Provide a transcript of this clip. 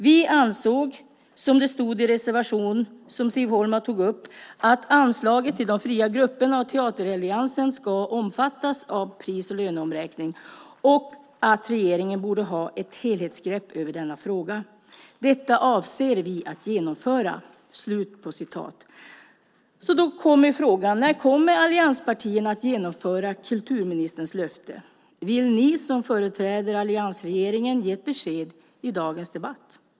Vi ansåg, som det stod i den reservation som Siv Holma tog upp, att anslaget till de fria grupperna och Teateralliansen ska omfattas av pris och löneomräkning och att regeringen borde ha ett helhetsgrepp över denna fråga. Detta avser vi att genomföra. Då kommer frågan: När kommer allianspartierna att genomföra kulturministerns löfte? Vill ni som företräder alliansregeringen ge ett besked i dagens debatt?